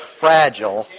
fragile